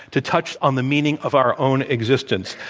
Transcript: to touch on the meaning of our own existence,